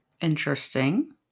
Interesting